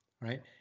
right